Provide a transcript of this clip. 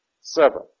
seven